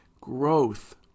growth